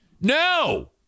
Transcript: No